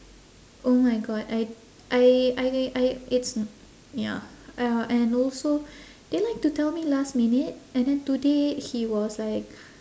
oh my god I I I I it's ya ya and also they like to tell me last minute and then today he was like